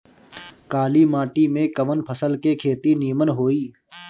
काली माटी में कवन फसल के खेती नीमन होई?